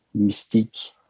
mystique